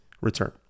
return